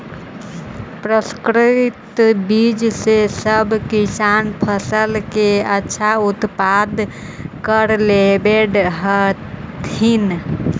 प्रसंकरित बीज से सब किसान फसल के अच्छा उत्पादन कर लेवऽ हथिन